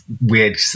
weird